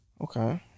okay